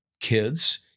kids